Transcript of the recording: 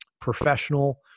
professional